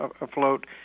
afloat